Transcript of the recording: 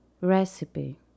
Recipe